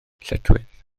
lletchwith